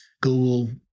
Google